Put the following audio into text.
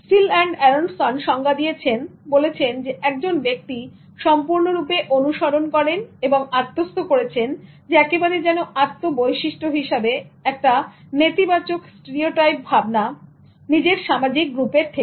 Steele and Aronson সংজ্ঞা দিয়েছেন বলছেন একজন ব্যক্তি সম্পূর্ণরূপে অনুসরণ এবং আত্মস্থ করছেন একেবারে যেন আত্ম বৈশিষ্ট্য হিসেবে একটা নেতিবাচক স্টিরিওটাইপ বাঁধাধরা ভাবনা নিজের সামাজিক গ্রুপের থেকে